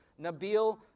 Nabil